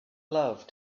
love